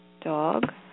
dog